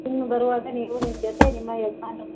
ನೀವು ಬರುವಾಗ ನೀವು ನಿಮ್ಮ ಜೊತೆ ನಿಮ್ಮ ಯಜಾನ್ರನ್ನು